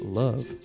love